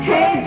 Hey